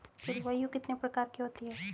जलवायु कितने प्रकार की होती हैं?